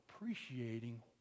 appreciating